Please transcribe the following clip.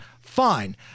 fine